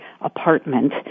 apartment